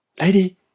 lady